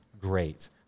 Great